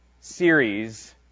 series